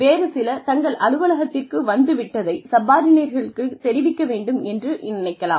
வேறு சிலர் தாங்கள் அலுவலகத்திற்கு வந்துவிட்டதை சப்பார்ட்டினேட்களுக்கு தெரிவிக்க வேண்டும் என்று நினைக்கலாம்